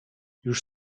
już